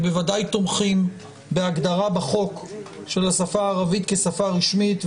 בוודאי תומכים בהגדרה בחוק של השפה הערבית כשפה רשמית,